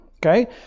Okay